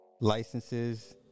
Licenses